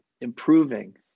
improving